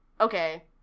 Okay